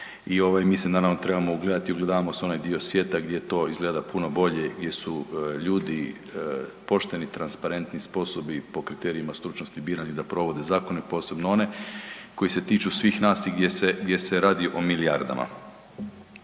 mi se naravno, trebamo ugledati i ugledavamo se u onaj dio svijeta gdje to izgleda puno bolje di su ljudi pošteni, transparentni, sposobni po kriterijima stručnosti birani da provode zakone, posebno one koji se tiču svih nas i gdje se radi o milijardama.